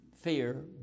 Fear